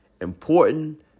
important